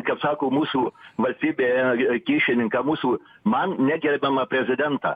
kap sako sako mūsų valstybėje kyšininką mūsų man negerbiamą prezidentą